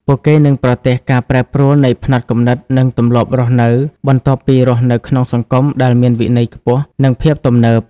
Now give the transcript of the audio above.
ពួកគេនឹងប្រទះការប្រែប្រួលនៃផ្នត់គំនិត និងទម្លាប់រស់នៅ បន្ទាប់ពីរស់នៅក្នុងសង្គមដែលមានវិន័យខ្ពស់ និងភាពទំនើប ។